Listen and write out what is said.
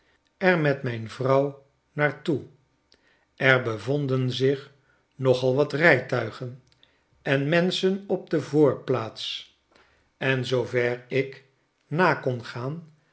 er met mijn vrouw naar toe er bevonden zich nogal wat rijtuigen en menschen op de voorplaats en zoover ik na kon gaan